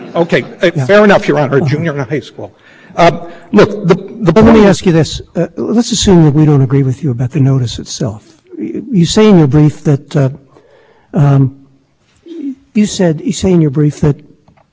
because they had every opportunity time and time again their balloon is comments on precisely this issue from the mobile petitioners about why the commission cannot reclassify mobile broadband because of the terms of three thirty two and in the opening comments e t i